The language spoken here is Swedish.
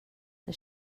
det